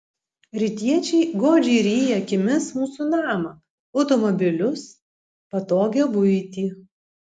rytiečiai godžiai ryja akimis mūsų namą automobilius patogią buitį